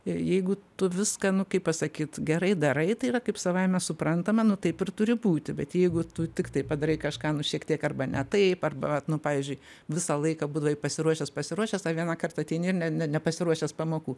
jeigu tu viską nu kaip pasakyt gerai darai tai yra kaip savaime suprantama nu taip ir turi būti bet jeigu tu tiktai padarai kažką nu šiek tiek arba ne taip arba vat nu pavyzdžiui visą laiką būdavai pasiruošęs pasiruošęs a vienąkart ateini ir ne nepasiruošęs pamokų